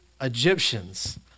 Egyptians